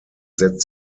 setzt